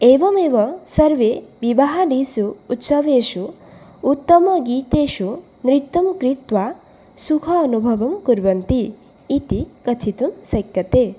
एवमेव सर्वे विवाहादिषु उत्सवेषु उत्तमगीतेषु नृत्यं कृत्वा सुखानुभवं कुर्वन्ति इति कथितुं शक्यते